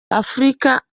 afurika